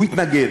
הוא התנגד,